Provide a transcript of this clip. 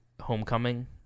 homecoming